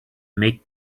make